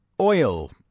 Oil